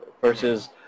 versus